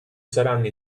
saranno